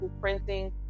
printing